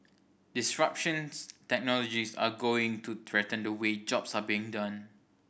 disruptions technologies are going to threaten the way jobs are being done